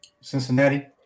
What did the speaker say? Cincinnati